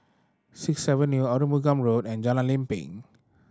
Sixth Avenue Arumugam Road and Jalan Lempeng